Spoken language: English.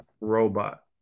robot